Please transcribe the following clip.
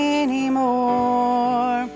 anymore